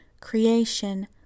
Creation